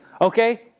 Okay